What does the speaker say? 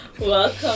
Welcome